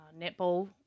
netball